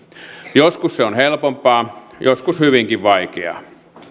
joskus se on helpompaa joskus hyvinkin vaikeaa